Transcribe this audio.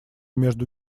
между